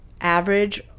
average